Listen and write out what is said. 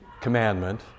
commandment